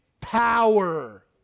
power